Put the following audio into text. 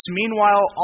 meanwhile